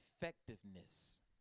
effectiveness